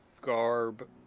garb